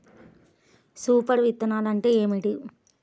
Super విత్తనాలు అంటే ఏమిటి?